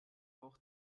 auch